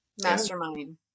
mastermind